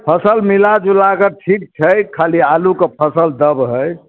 फसल मिलाजुला के ठीक छै खाली आलू के फसल दब हय